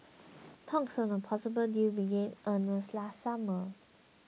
talks on a possible deal began earnest last summer